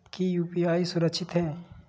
की यू.पी.आई सुरक्षित है?